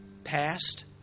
past